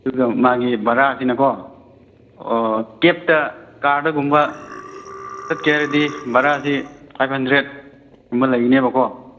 ꯑꯗꯨꯒ ꯃꯥꯒꯤ ꯚꯔꯥꯁꯤꯅꯀꯣ ꯑꯣ ꯀꯦꯕꯇ ꯀꯥꯔꯗꯒꯨꯝꯕ ꯆꯠꯀꯦ ꯍꯥꯏꯔꯗꯤ ꯚꯔꯥꯁꯤ ꯐꯥꯏꯚ ꯍꯦꯟꯗ꯭ꯔꯦꯗꯀꯨꯝꯕ ꯂꯩꯅꯦꯕꯀꯣ